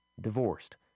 divorced